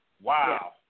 Wow